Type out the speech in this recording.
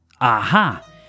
Aha